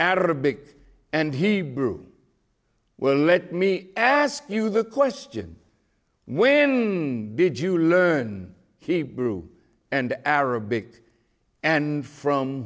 arabic and hebrew well let me ask you the question when did you learn hebrew and arabic and from